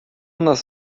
nas